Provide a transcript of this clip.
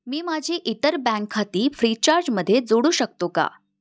मी माझी इतर बँक खाती फ्रीचार्जमध्ये जोडू शकतो का